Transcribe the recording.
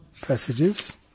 passages